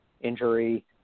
injury